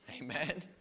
Amen